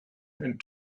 and